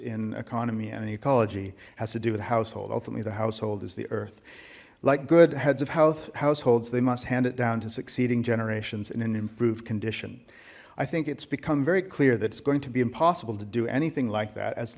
in economy and in ecology has to do with a household ultimately the household is the earth like good heads of health households they must hand it down to succeeding generations in an improved condition i think it's become very clear that it's going to be impossible to do anything like that as